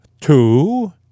Two